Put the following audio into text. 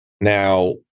Now